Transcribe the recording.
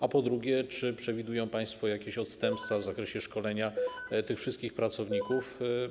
A po drugie, czy przewidują państwo jakieś odstępstwa w zakresie szkolenia wszystkich pracowników?